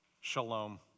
shalom